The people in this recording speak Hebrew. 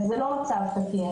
זה לא מצב תקין.